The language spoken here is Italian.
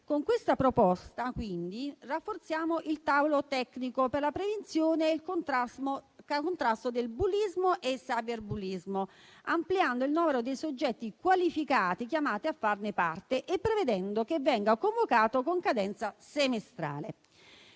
Con questa proposta, quindi, rafforziamo il tavolo tecnico per la prevenzione e il contrasto del bullismo e cyberbullismo, ampliando il novero dei soggetti qualificati chiamati a farne parte e prevedendo che venga convocato con cadenza semestrale.